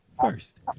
first